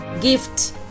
gift